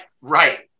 right